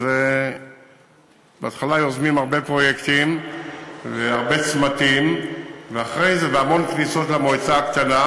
אז בהתחלה יוזמים הרבה פרויקטים והרבה צמתים והמון כניסות למועצה הקטנה,